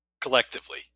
collectively